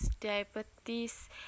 diabetes